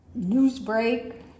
Newsbreak